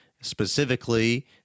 specifically